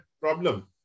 problem